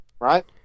right